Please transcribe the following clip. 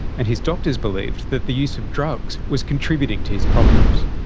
and his doctors believed that the use of drugs was contributing to his problems.